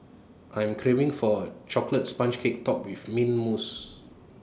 I am craving for A Chocolate Sponge Cake Topped with Mint Mousse